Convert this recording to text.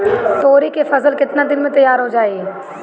तोरी के फसल केतना दिन में तैयार हो जाई?